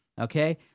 okay